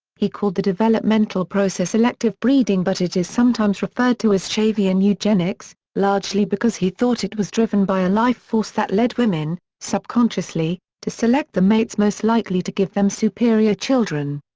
he called the developmental process elective breeding but it is sometimes referred to as shavian eugenics, largely because he thought it was driven by a life force that led women subconsciously to select the mates most likely to give them superior children.